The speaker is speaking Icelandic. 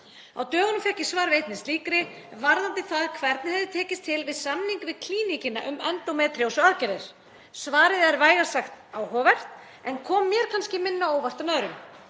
Á dögunum fékk ég svar við einni slíkri varðandi það hvernig hefði tekist til við samninga við Klíníkina um endómetríósuaðgerðir. Svarið er vægast sagt áhugavert en kom mér kannski minna á óvart en öðrum.